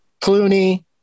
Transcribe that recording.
Clooney